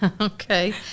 Okay